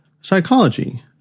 Psychology